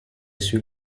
sur